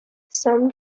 some